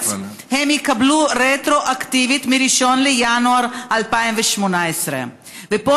הם יקבלו רטרואקטיבית מ-1 בינואר 2018. ופה